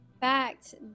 fact